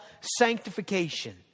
sanctification